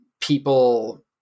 people